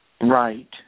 Right